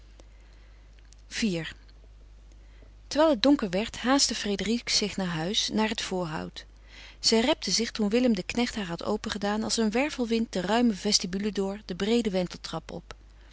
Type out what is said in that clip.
iv terwijl het donker werd haastte frédérique zich naar huis naar het voorhout zij repte zich toen willem de knecht haar had opengedaan als een wervelwind de ruime vestibule door de breede wenteltrap op